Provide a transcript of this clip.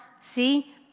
see